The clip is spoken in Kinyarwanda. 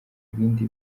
ibindi